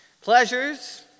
Pleasures